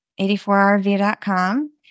84rv.com